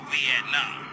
Vietnam